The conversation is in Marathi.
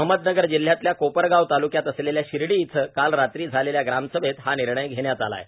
अहमदनगर जिल्ह्यातल्या कोपरगाव तालुक्यात असलेल्या शिर्डी इथं काल रात्री झालेल्या ग्रामसभेत हा निर्णय घेण्यात आला आहे